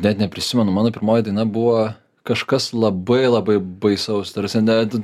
net neprisimenu mano pirmoji daina buvo kažkas labai labai baisaus tarsi net